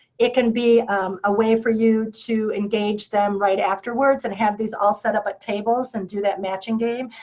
it can be a way for you to engage them right afterwards, and have these all set up at tables, and do that matching game.